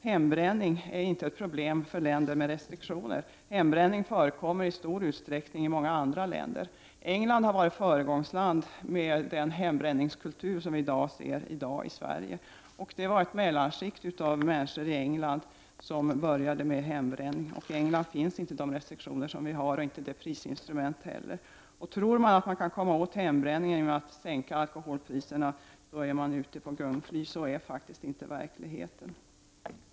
Hembränning är inte ett problem för länder som har restriktioner. Hembränning förekommer i stor utsträckning i många andra länder. I England har utvecklingen gått före när det gäller den hembränningskultur som vi i dag ser i Sverige. De människor i England som började med hembränning utgjorde ett mellanskikt, och i England finns inte den typ av restriktioner och heller inte det prisinstrument som vi har. Tror man att man kan komma åt hembränningen genom att sänka alkoholpriserna, är man ute på gungfly. Så är faktiskt inte verkligheten.